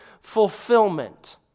fulfillment